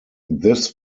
this